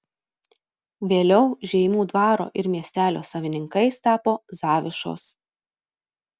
vėliau žeimių dvaro ir miestelio savininkais tapo zavišos